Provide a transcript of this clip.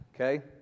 okay